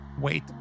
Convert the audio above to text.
wait